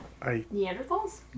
Neanderthals